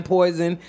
Poison